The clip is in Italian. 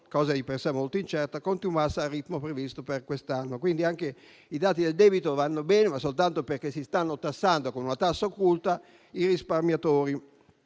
cosa di per sé molto incerta - continuasse al ritmo previsto per quest'anno. Quindi, anche i dati del debito vanno bene, ma soltanto perché si stanno tassando, con una tassa occulta, i risparmiatori.